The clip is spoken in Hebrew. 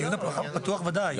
בדיון הפתוח, בוודאי.